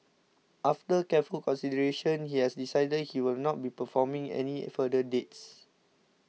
after careful consideration he has decided he will not be performing any further dates